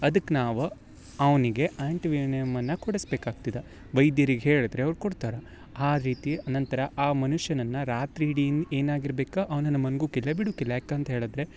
ಅದಕ್ಕೆ ನಾವು ಅವನಿಗೆ ಆ್ಯಂಟಿ ವಿನಿಯಮ್ ಅನ್ನು ಕೊಡಿಸಬೇಕಾಗ್ತದ ವೈದ್ಯರಿಗೆ ಹೇಳಿದ್ರೆ ಅವ್ರು ಕೊಡ್ತಾರೆ ಆ ರೀತಿ ನಂತರ ಆ ಮನುಷ್ಯನನ್ನು ರಾತ್ರಿ ಇಡೀ ಏನಾಗಿರ್ಬೇಕು ಅವ್ನನ್ನು ಮಲ್ಗೋಕೆಲ್ಲ ಬಿಡುಕಿಲ್ಲ ಯಾಕಂತ ಹೇಳಿದರೆ